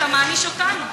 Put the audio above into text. אתה מעניש אותנו.